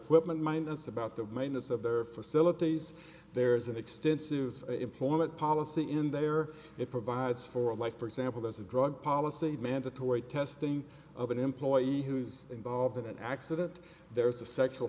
equipment mine that's about the maintenance of their facilities there's an extensive employment policy in there it provides for like for example there's a drug policy mandatory testing of an employee who's involved in an accident there's a sexual